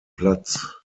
platz